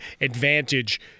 advantage